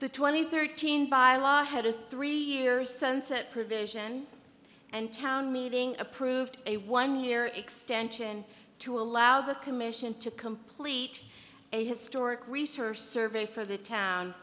the twenty thirteen by law had a three year sunset provision and town meeting approved a one year extension to allow the commission to complete a historic research survey for the town